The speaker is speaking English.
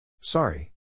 Sorry